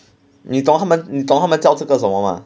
你懂他们你懂他们叫这个什么吗